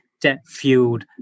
debt-fueled